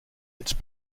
its